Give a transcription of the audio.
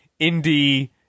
indie